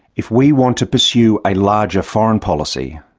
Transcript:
if we want to pursue a larger foreign policy,